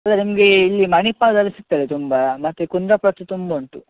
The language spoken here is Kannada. ಸೊ ನಿಮಗೆ ಇಲ್ಲಿ ಮಣಿಪಾಲದಲ್ಲಿ ಸಿಗ್ತದೆ ತುಂಬಾ ಮತ್ತು ಕುಂದಾಪುರ ಹತ್ರ ತುಂಬಾ ಉಂಟು